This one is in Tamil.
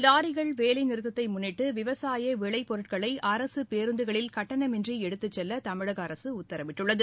லாரிகள் வேலைநிறுத்ததை முன்னிட்டு விவசாய விளை பொருட்களை அரசு பேருந்துகளில் கட்டணமின்றி எடுத்துச் செல்ல தமிழக அரசு உத்தரவிட்டுள்ளது